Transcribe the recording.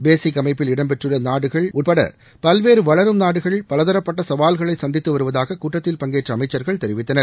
பேசிக் அமைப்பில் இடம்பெற்றுள்ள நாடுகள் உட்பட பல்வேறு வளரும் நாடுகள் பலதரப்பட்ட சாவல்களை சந்தித்து வருவதாக கூட்டத்தில் பங்கேற்ற அமைச்சர்கள் தெரிவித்தனர்